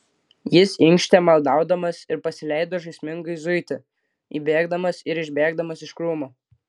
jis inkštė maldaudamas ir pasileido žaismingai zuiti įbėgdamas ir išbėgdamas iš krūmų